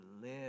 live